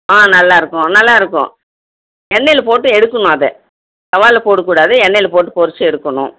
ஆ நல்லாயிருக்கும் நல்லாயிருக்கும் எண்ணெயில் போட்டு எடுக்கணும் அதை தவாயில் போடக்கூடாது எண்ணெயில் போட்டு பொரித்து எடுக்கணும்